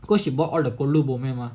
because she bought all the colo boomeh mah